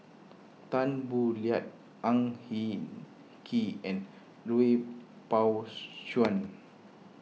Tan Boo Liat Ang Hin Kee and Lui Pao Chuen